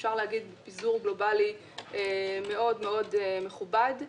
בפיזור גלובלי מאוד מאוד מכובד.